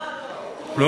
לא, לא.